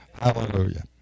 Hallelujah